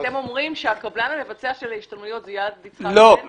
אתם אומרים שהקבלן המבצע של ההשתלמות זה יד יצחק בן צבי?